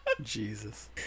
Jesus